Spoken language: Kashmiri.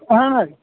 اَہَن حظ